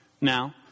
Now